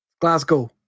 Glasgow